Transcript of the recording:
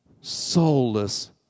soulless